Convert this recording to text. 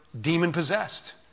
demon-possessed